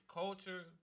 culture